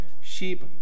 sheep